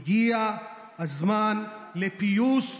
הגיע הזמן לפיוס ואיחוי,